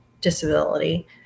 disability